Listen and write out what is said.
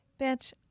bitch